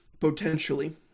potentially